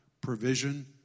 provision